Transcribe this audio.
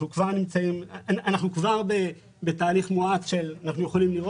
אנחנו יכולים לראות שאנחנו כבר בתהליך מואץ של הגידול